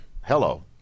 Hello